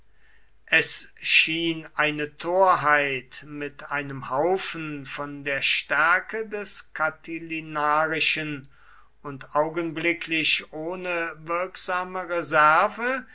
es schien eine torheit mit einem haufen von der stärke des catilinarischen und augenblicklich ohne wirksame